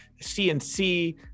CNC